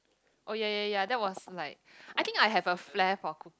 oh ya ya ya that was like I think I had a flair for cook